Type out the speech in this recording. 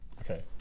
Okay